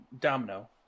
Domino